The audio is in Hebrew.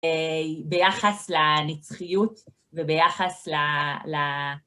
ביחס לנצחיות וביחס ל...